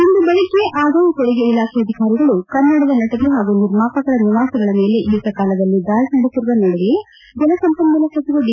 ಇಂದು ಬೆಳಗ್ನೆ ಆದಾಯ ತೆರಿಗೆ ಇಲಾಖೆ ಅಧಿಕಾರಿಗಳು ಕನ್ನಡದ ನಟರು ಹಾಗೂ ನಿರ್ಮಾಪಕರ ನಿವಾಸಗಳ ಮೇಲೆ ಏಕಕಾಲದಲ್ಲಿ ದಾಳಿ ನಡೆಸಿರುವ ನಡುವೆಯೇ ಜಲಸಂಪನ್ಮೂಲ ಸಚಿವ ಡಿ